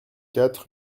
quatre